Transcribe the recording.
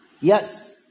Yes